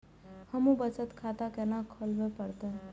हमू बचत खाता केना खुलाबे परतें?